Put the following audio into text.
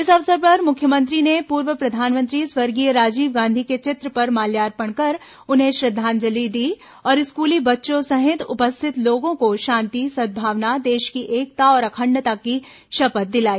इस अवसर पर मुख्यमंत्री ने पूर्व प्रधानमंत्री स्वर्गीय राजीव गांधी के चित्र पर माल्यार्पण कर उन्हें श्रद्वांजलि दी और स्कूली बच्चों सहित उपस्थित लोगों को शांति सद्भावना देश की एकता और अखंडता की शपथ दिलाई